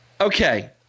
okay